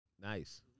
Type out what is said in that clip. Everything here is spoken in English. Nice